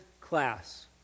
class